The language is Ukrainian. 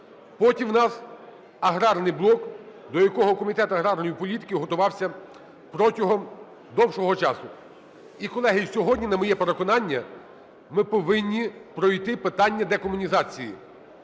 Потім в нас аграрний блок, до якого Комітет аграрної політики готувався протягом довшого часу. І, колеги, сьогодні, на моє переконання, ми повинні пройти питання декомунізації: